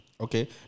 Okay